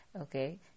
okay